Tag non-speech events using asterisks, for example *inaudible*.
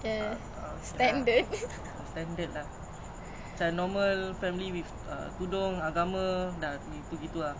*laughs* they will hate all of us you go first you go first